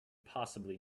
possibly